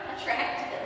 attractive